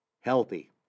healthy